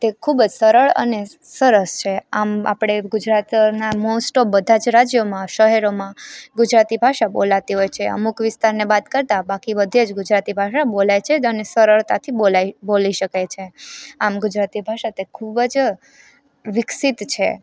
તે ખુબજ સરળ અને સરસ છે આમ આપણે ગુજરાતનાં મોસ્ટ ઓફ બધાં જ રાજ્યોમાં શહેરોમાં ગુજરાતી ભાષા બોલાતી હોય છે અમુક વિસ્તારને બાદ કરતાં બાકી બધે જ ગુજરાતી ભાષા બોલાય છે અને સરળતાથી બોલાય બોલી શકાય છે આમ ગુજરાતી ભાષા તે ખુબજ વિકસિત છે